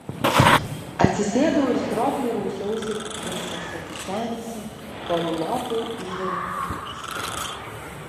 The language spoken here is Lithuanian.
atsisėdau ir stropiai rausiausi tuščiose kišenėse kol lopui išdavė knygas